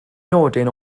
nodyn